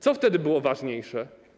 Co wtedy było ważniejsze?